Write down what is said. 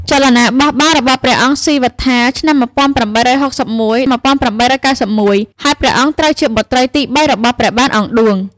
ចលនាបះបោររបស់ព្រះអង្គស៊ីវត្ថា (ឆ្នាំ ១៨៦១-១៨៩១) ហើយ ព្រះអង្គត្រូវជាបុត្រាទី ៣ របស់ព្រះបាទអង្គឌួង។